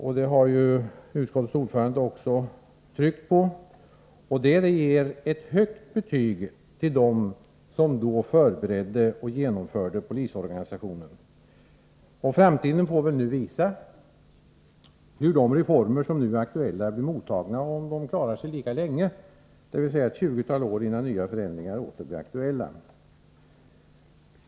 Det har utskottets ordförande också tryckt på. Det ger ett högt betyg till dem som då förberedde och genomförde polisorganisationen. Framtiden får visa hur de reformer som nu är aktuella blir mottagna och om de klarar sig lika länge, dvs. ett tjugotal år, innan nya förändringar åter aktualiseras.